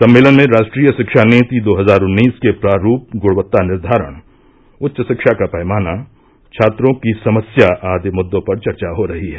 सम्मेलन में राष्ट्रीय शिक्षा नीति दो हजार उन्नीस के प्रारुप गुणवत्ता निर्धारण उच्च शिक्षा का पैमाना छात्रों की समस्या आदि मुद्दों पर चर्चा हो रही है